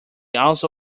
also